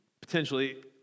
potentially